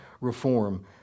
reform